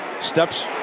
Steps